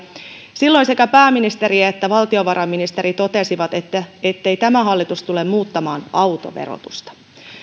silloin sekä pääministeri että valtiovarainministeri totesivat ettei tämä hallitus tule muuttamaan autoverotusta